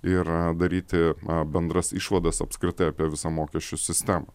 ir daryti bendras išvadas apskritai apie visą mokesčių sistemą